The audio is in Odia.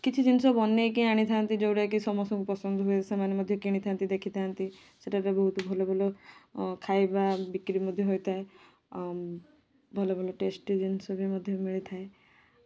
କିଛି ଜିନିଷ ବନେଇକି ଆଣି ଥାଆନ୍ତି ଯୋଉ ଗୁଡ଼ାକି ସମସ୍ତଙ୍କର ପସନ୍ଦ ହୁଏ ସେମାନେ ମଧ୍ୟ କିଣିଥାନ୍ତି ଦେଖିଥାଆନ୍ତି ସେଠାରେ ବହୁତ ଭଲ ଭଲ ଖାଇବା ବିକ୍ରି ମଧ୍ୟ ହୋଇଥାଏ ଭଲ ଭଲ ଟେଷ୍ଟି ଜିନିଷ ବି ମଧ୍ୟ ମିଳିଥାଏ